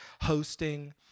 hosting